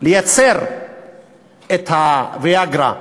לייצר בו את ה"ויאגרה",